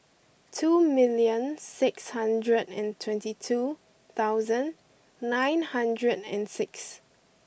two million six thousand and twenty two thousand nine hundred and six